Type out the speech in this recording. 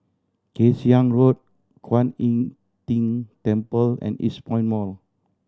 Kay Siang Road Kuan Im Tng Temple and Eastpoint Mall